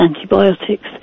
antibiotics